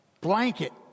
blanket